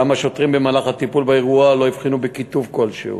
גם השוטרים במהלך הטיפול באירוע לא הבחינו בכיתוב כלשהו.